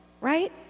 Right